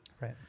Right